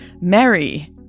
Mary